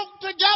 together